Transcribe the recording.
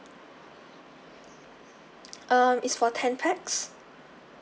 um is for ten pax